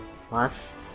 Plus